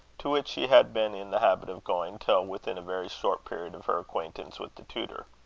to which she had been in the habit of going till within a very short period of her acquaintance with the tutor